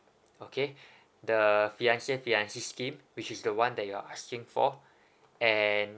okay the fiance fiancee scheme which is the one that you're asking for and